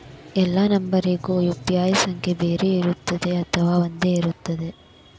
ಎಲ್ಲಾ ನಂಬರಿಗೂ ಯು.ಪಿ.ಐ ಸಂಖ್ಯೆ ಬೇರೆ ಇರುತ್ತದೆ ಅಥವಾ ಒಂದೇ ಇರುತ್ತದೆ?